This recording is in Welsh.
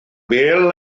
bêl